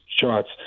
shots